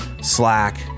Slack